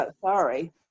Sorry